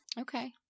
okay